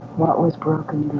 what was broken